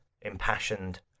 impassioned